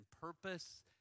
purpose